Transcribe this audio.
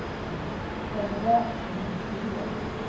ꯍꯣꯏ ꯍꯣꯏ ꯑꯆꯧꯕꯗ ꯑꯗꯨꯝ ꯄꯤꯕꯤꯔꯛꯑꯣꯅꯦ